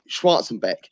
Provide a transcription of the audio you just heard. Schwarzenbeck